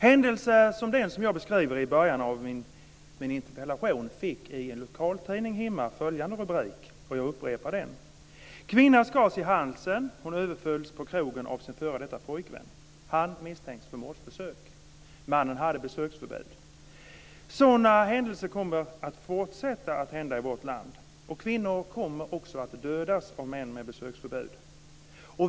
Händelsen som jag beskriver i början av min interpellation fick i en lokaltidning hemma följande rubrik, jag upprepar den: Kvinnan skars i halsen. Hon överfölls på krogen av sin f.d. pojkvän. Han misstänks för mordförsök. Mannen hade besöksförbud. Sådana händelser kommer att fortsätta inträffa i vårt land, och kvinnor kommer också att dödas av män med besöksförbud.